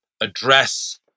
address